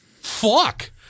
Fuck